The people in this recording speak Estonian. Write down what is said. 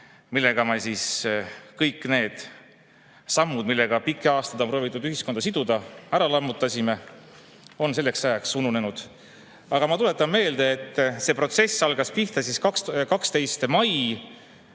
millega me siis kõik need sammud, mille abil pikki aastaid on proovitud ühiskonda siduda, ära lammutasime, on selleks ajaks ununenud. Ma tuletan meelde, et see protsess algas pihta 12. mail